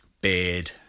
beard